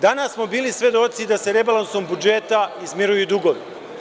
Danas smo bili svedoci da se rebalansom budžeta izmiruju dugovi.